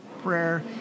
prayer